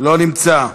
לא נמצא.